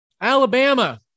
Alabama